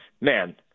man